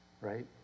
Right